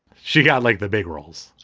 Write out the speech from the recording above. she got like the big roles.